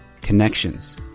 connections